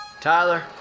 Tyler